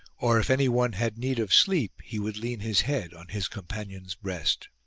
or if anyone had need of sleep he would lean his head on his com panion's breast.